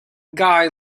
guy